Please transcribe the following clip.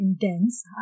intense